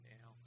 now